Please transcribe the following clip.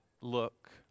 look